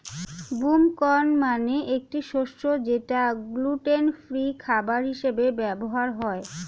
broom corn মানে একটি শস্য যেটা গ্লুটেন ফ্রি খাবার হিসেবে ব্যবহার হয়